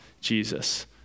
Jesus